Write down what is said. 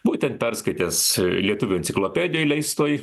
būtent perskaitęs lietuvių enciklopedijoj leistoj